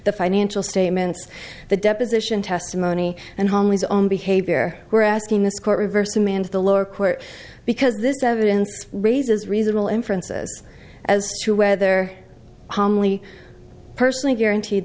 the financial statements the deposition testimony and holly's own behavior we're asking this court reversed to manage the lower court because this evidence raises reasonable inferences as to whether hamley personally guaranteed